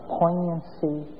poignancy